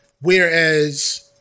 whereas